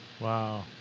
Wow